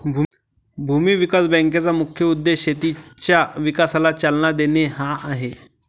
भूमी विकास बँकेचा मुख्य उद्देश शेतीच्या विकासाला चालना देणे हा आहे